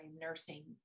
nursing